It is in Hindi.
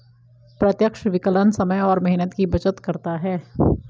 प्रत्यक्ष विकलन समय और मेहनत की बचत करता है